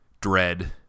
Dread